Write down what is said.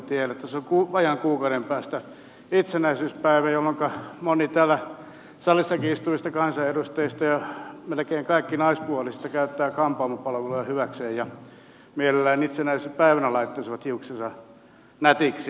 tässä on vajaan kuukauden päästä itsenäisyyspäivä jolloinka moni täällä salissakin istuvista kansanedustajista ja melkein kaikki naispuolisista käyttää kampaamopalveluja hyväkseen ja mielellään itsenäisyyspäivänä laittaisi hiuksensa nätiksi